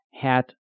hat